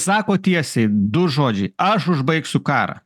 sako tiesiai du žodžiai aš užbaigsiu karą